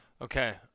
Okay